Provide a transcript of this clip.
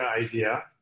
idea